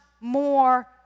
more